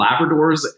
Labradors